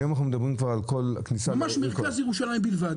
היום אנחנו מדברים כבר על הכניסה לעיר --- ממש מרכז ירושלים בלבד.